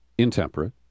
intemperate